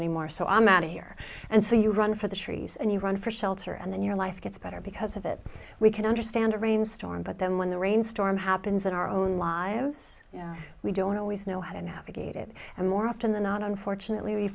anymore so i'm out of here and so you run for the trees and you run for shelter and then your life gets better because of it we can understand a rainstorm but then when the rainstorm happens in our own lives we don't always know how to navigate it and more often than not unfortunately we